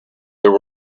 there